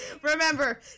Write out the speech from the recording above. Remember